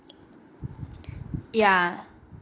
ya